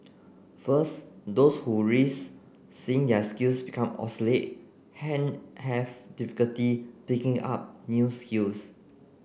first those who risk seeing their skills become obsolete have difficulty picking up new skills